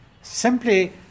Simply